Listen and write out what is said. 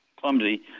clumsy